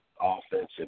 offensive